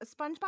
Spongebob